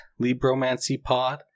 libromancypod